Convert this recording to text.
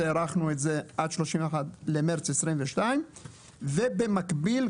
הארכנו את זה עד ה-31 במרץ 22. במקביל,